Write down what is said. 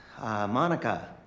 Monica